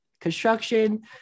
construction